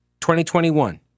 2021